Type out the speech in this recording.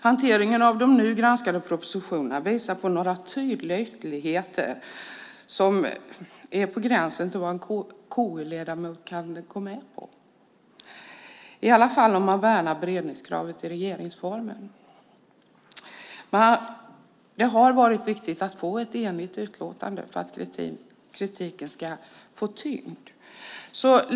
Hanteringen av de nu granskade propositionerna visar på några tydliga ytterligheter som är på gränsen till vad en KU-ledamot kan gå med på, i alla fall om man värnar beredningskravet i regeringsformen. Det har varit viktigt att få ett enigt utlåtande för att kritiken ska få tyngd.